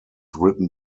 written